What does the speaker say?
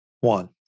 one